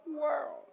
world